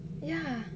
ya